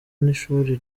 n’ishuri